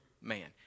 man